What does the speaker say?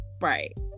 right